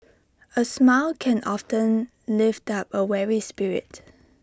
A smile can often lift up A weary spirit